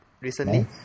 recently